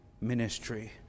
ministry